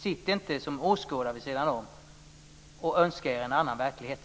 Sitt inte som åskådare vid sidan om och önska er en annan verklighet!